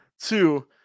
Two